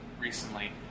recently